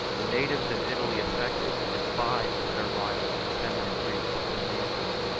the natives of italy affected to despise the servile and effeminate greeks of byzantium,